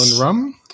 rum